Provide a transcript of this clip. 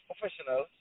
professionals